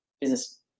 business